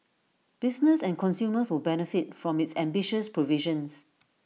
business and consumers will benefit from its ambitious provisions